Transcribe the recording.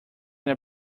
that